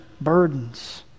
burdens